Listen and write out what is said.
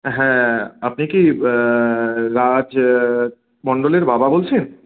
হ্যাঁ আপনি কি রাজ মন্ডলের বাবা বলছেন